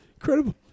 incredible